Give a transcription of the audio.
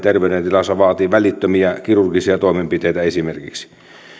terveydentilansa vaatii välittömiä esimerkiksi kirurgisia toimenpiteitä niin